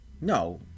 No